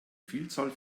vielzahl